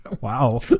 Wow